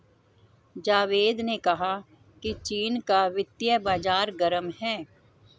जावेद ने कहा कि चीन का वित्तीय बाजार गर्म है